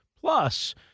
plus